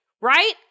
right